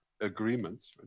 agreements